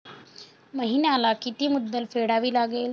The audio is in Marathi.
महिन्याला किती मुद्दल फेडावी लागेल?